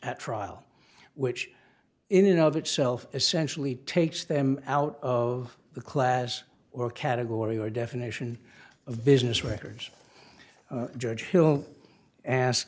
at trial which in and of itself essentially takes them out of the class or category or definition of business records judge hill a